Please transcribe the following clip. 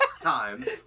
Times